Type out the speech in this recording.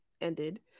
ended